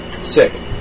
Sick